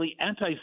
anti